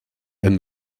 and